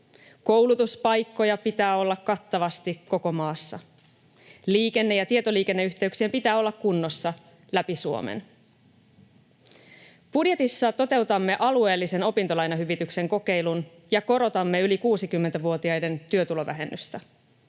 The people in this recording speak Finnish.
Koulutuspaikkoja pitää olla kattavasti koko maassa. Liikenne- ja tietoliikenneyhteyksien pitää olla kunnossa läpi Suomen. Budjetissa toteutamme alueellisen opintolainahyvityksen kokeilun ja korotamme yli 60-vuotiaiden työtulovähennystä.